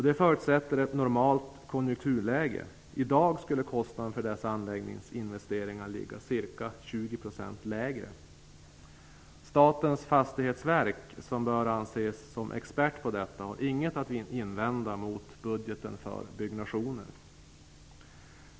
Det förutsätter ett normalt konjunkturläge. I dag skulle kostnaden för dessa anläggningsinvesteringar ligga ca 20 % lägre. Statens fastighetsverk, som bör anses som expert på detta, har inget att invända mot budgeten för byggnationer.